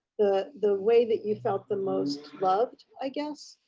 the the way that you felt the most loved, i guess,